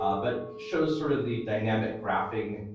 um but shows sort of the dynamic graphing